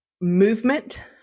movement